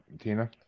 Tina